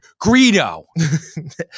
Greedo